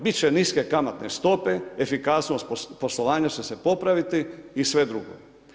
Bit će niske kamatne stope, efikasnost poslovanja će se popraviti i sve drugo.